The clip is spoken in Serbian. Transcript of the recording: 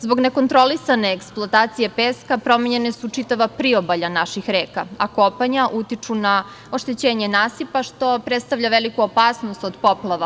Zbog nekontrolisane eksploatacije peska, promenjena su čitava priobalja naših reka, a kopanja utiču na oštećenje nasipa, što predstavlja veliku opasnost od poplava.